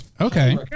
Okay